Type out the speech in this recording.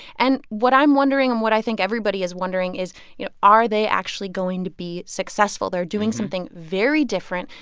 and what i'm wondering and what i think everybody is wondering is, you know, are they actually going to be successful? they're doing something very different.